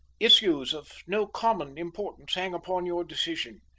issues of no common importance hang upon your decision.